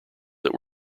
that